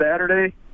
Saturday